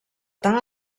tant